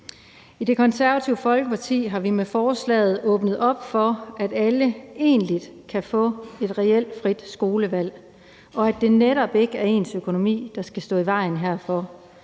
I Det Konservative Folkeparti har vi med forslaget åbnet op for, at alle egentlig kan få et reelt frit skolevalg, og at det netop ikke er ens økonomi, der skal stå i vejen herfor.